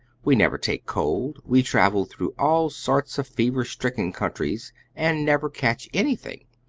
we never take cold, we travel through all sorts of fever-stricken countries and never catch anything,